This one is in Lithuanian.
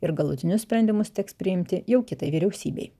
ir galutinius sprendimus teks priimti jau kitai vyriausybei